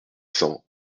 cents